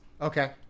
Okay